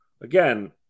again